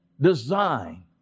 design